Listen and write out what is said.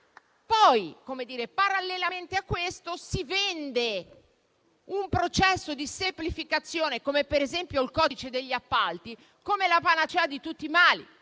Parallelamente a questo, si vende un processo di semplificazione, come per esempio il codice degli appalti, come la panacea di tutti i mali.